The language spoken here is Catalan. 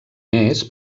més